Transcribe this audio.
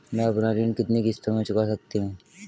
मैं अपना ऋण कितनी किश्तों में चुका सकती हूँ?